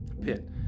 pit